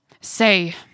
Say